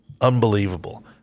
unbelievable